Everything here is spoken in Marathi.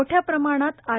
मोठ्या प्रमाणात आर